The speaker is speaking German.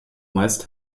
meist